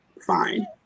fine